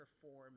perform